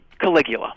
Caligula